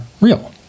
real